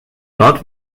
dort